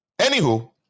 Anywho